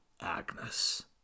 Agnes